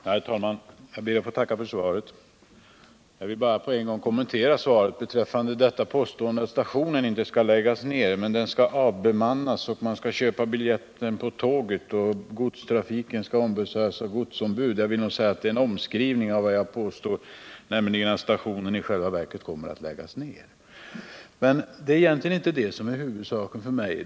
Herr talman! Jag ber att få tacka för svaret. Jag vill på en gång poängtera ett påstående i svaret, nämligen att stationen inte skall läggas ned — men den skall avbemannas, man skall köpa biljett på tåget och godstrafiken skall ombesörjas av godsombud. Jag vill hävda att det är en omskrivning av det jag påstår, dvs. att stationen i själva verket kommer att läggas ned. Men det är egentligen inte det som är huvudsaken för mig.